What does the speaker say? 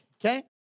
okay